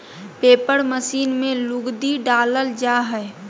paper machine में लुगदी डालल जा हय